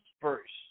first